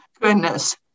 Goodness